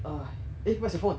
!hais! eh where's your phone